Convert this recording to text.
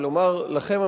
ולומר לכם,